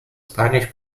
spanish